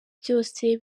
byose